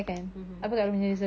mmhmm